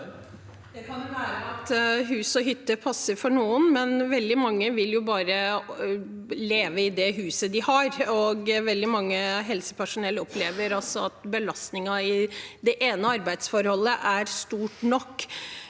Det kan være at hus og hytte passer for noen, men veldig mange vil jo bare leve i det huset de har. Veldig mye helsepersonell opplever også at belastningen i det ene arbeidsforholdet er stor nok.